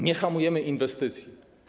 Nie hamujemy inwestycji.